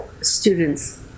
students